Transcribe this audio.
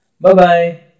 Bye-bye